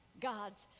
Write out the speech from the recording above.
God's